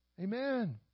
Amen